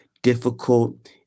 Difficult